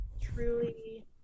truly